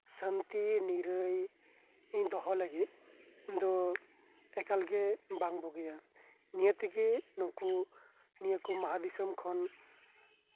ᱥᱟᱱᱛᱤ ᱱᱤᱨᱟᱹᱭ ᱫᱚᱦᱚ ᱞᱟᱹᱜᱤᱫ ᱫᱚ ᱮᱠᱟᱞ ᱜᱮ ᱵᱟᱝ ᱵᱩᱜᱤᱭᱟ ᱱᱤᱭᱟᱹ ᱛᱮᱜᱮ ᱱᱩᱠᱩ ᱢᱟᱦᱟ ᱫᱤᱥᱚᱢ ᱠᱷᱚᱱ